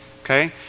okay